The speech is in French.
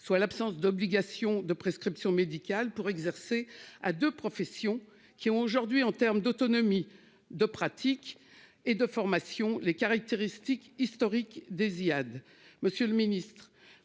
soit l'absence d'obligation de prescription médicale pour exercer à de professions qui ont aujourd'hui en terme d'autonomie, de pratiques et de formation les caractéristiques historiques des Ziad.